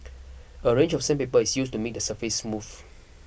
a range of sandpaper is used to make the surface smooth